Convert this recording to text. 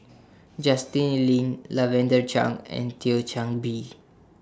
Justin Lean Lavender Chang and Thio Chan Bee